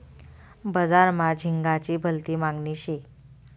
बजार मा झिंगाची भलती मागनी शे